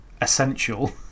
essential